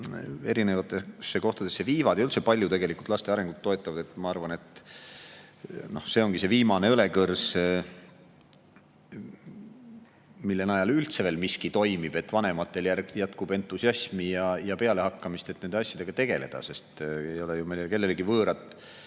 erinevatesse kohtadesse viivad ja üldse palju laste arengut toetavad, siis ma arvan, et see ongi see viimane õlekõrs, mille najal üldse veel miski toimib, et vanematel jätkub entusiasmi ja pealehakkamist, et nende asjadega tegeleda, sest ei ole ju kellelegi võõrad